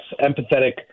empathetic